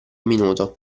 minuto